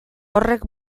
horrek